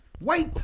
Wait